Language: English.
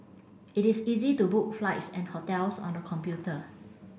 it is easy to book flights and hotels on the computer